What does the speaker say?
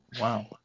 Wow